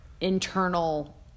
internal